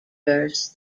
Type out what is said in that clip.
verse